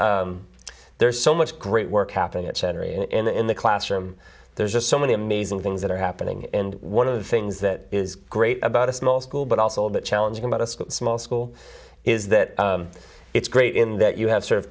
s there's so much great work happening at center in the classroom there's just so many amazing things that are happening and one of the things that is great about a small school but also a bit challenging about a small school is that it's great in that you have sort of